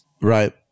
Right